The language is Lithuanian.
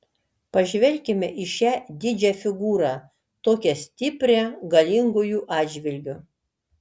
pažvelkime į šią didžią figūrą tokią stiprią galingųjų atžvilgiu